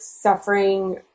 suffering